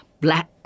black